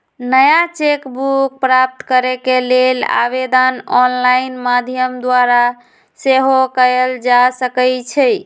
नया cheque book प्राप्त करेके लेल आवेदन ऑनलाइन माध्यम द्वारा सेहो कएल जा सकइ छै